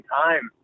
time